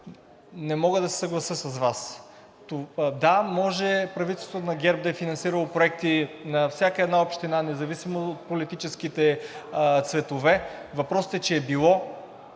не мога да се съглася с Вас. Да, може правителството на ГЕРБ да е финансирало проекти на всяка една община независимо от политическите цветове. Въпросът е, че е било